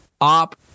op